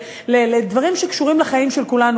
בדברים שקשורים לחיים של כולנו,